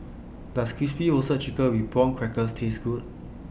Does Crispy Roasted Chicken with Prawn Crackers Taste Good